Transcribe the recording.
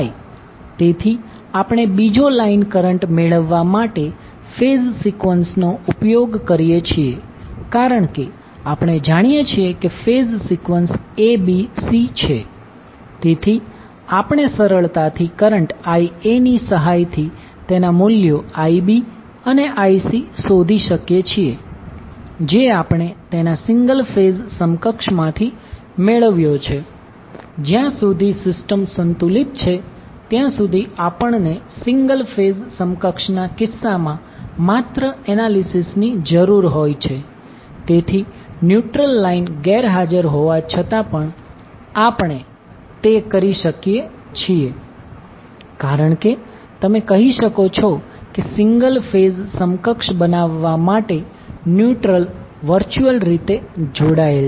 તેથી આપણે બીજો લાઈન કરંટ મેળવવા માટે ફેઝ સિકવન્સનો ઉપયોગ કરીએ છીએ કારણ કે આપણે જાણીએ છીએ કે ફેઝ સિકવન્સ ABC છે તેથી આપણે સરળતાથી કરંટ Ia ની સહાયથી તેના મૂલ્યો Ib અને Ic શોધી શકીએ છીએ જે આપણે તેના સિંગલ ફેઝ સમકક્ષ માંથી મેળવ્યો છે જ્યાં સુધી સિસ્ટમ સંતુલિત છે ત્યાં સુધી આપણને સિંગલ ફેઝ સમકક્ષના કિસ્સામાં માત્ર એનાલીસીસ ની જરૂર હોય છે તેથી ન્યુટ્રલ લાઈન ગેરહાજર હોવા છતાં પણ આપણે તે કરી શકીએ છીએ કારણ કે તમે કહી શકો છો કે સિન્ગલ ફેઝ સમકક્ષ બનાવવા માટે ન્યુટ્રલ વર્ચ્યુઅલ રીતે જોડાયેલ છે